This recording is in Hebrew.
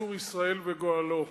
צור ישראל וגואלו,